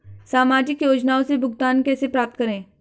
सामाजिक योजनाओं से भुगतान कैसे प्राप्त करें?